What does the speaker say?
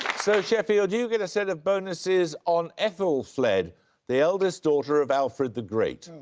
so, sheffield, you get a set of bonuses on aethelflaed, the eldest daughter of alfred the great. and